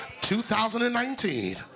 2019